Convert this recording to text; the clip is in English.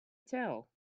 tell